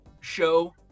show